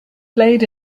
played